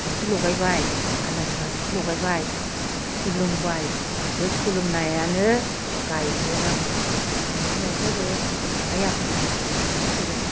साथि लागायबाय आलारि बाथि लागायबाय खुलुमबाय बे खुलुमनायानो गायग्रोनांगौ बेनिफ्रायसो बे आइ आफाफोरा हाबसिगोन